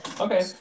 Okay